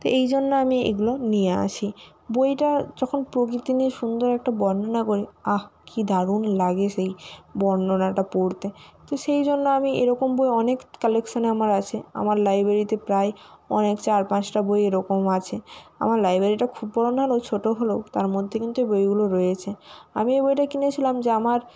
তো এই জন্য আমি এগুলো নিয়ে আসি বইটা যখন প্রকৃতি নিয়ে সুন্দর একটা বর্ণনা করে আহ্ কী দারুণ লাগে সেই বর্ণনাটা পড়তে তো সেই জন্য আমি এরকম বই অনেক কালেকশানে আমার আছে আমার লাইব্রেরিতে প্রায় অনেক চার পাঁচটা বই এরকম আছে আমার লাইব্রেরিটা খুব বড় না হলেও ছোট হলেও তার মধ্যে কিন্তু বইগুলো রয়েছে আমি এই বইটা কিনেছিলাম যে আমার